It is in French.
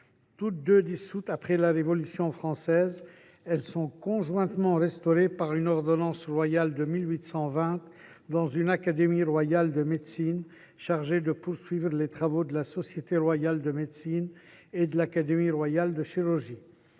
Toutes deux dissoutes après la Révolution française, elles sont conjointement restaurées par une ordonnance royale de 1820 dans une Académie royale de médecine chargée de poursuivre les travaux de la Société royale de médecine et de l’Académie royale de chirurgie.